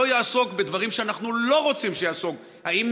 לא יעסוק בדברים שאנחנו לא רוצים שיעסוק: האם